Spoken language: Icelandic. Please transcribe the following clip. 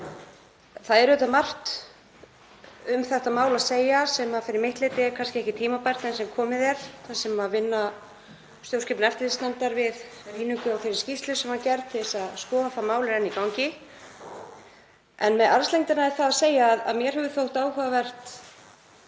Það er auðvitað margt um þetta mál að segja sem fyrir mitt leyti er kannski ekki tímabært enn sem komið er þar sem vinna stjórnskipunar- og eftirlitsnefndar við rýningu á þeirri skýrslu sem var gerð til að skoða það mál er enn í gangi. En með armslengdina er það að segja að mér hefur þótt áhugavert